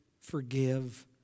forgive